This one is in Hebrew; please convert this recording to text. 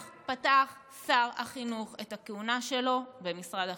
כך פתח שר החינוך את הכהונה שלו במשרד החינוך.